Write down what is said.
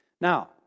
Now